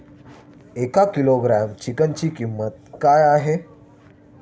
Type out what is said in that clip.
एक किलोग्रॅम चिकनची किंमत काय आहे?